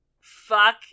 fuck